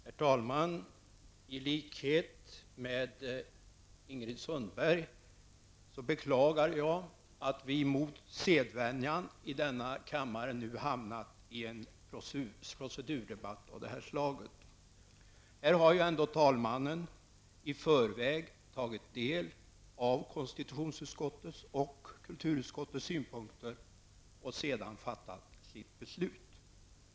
Herr talman! I likhet med Ingrid Sundberg beklagar jag att vi mot sedvänjan i denna kammare nu hamnat i en procedurdebatt av detta slag. Talmannen har ändå i förväg tagit del av konstitutionsutskottets och kulturutskottets synpunkter och sedan fattat sitt beslut.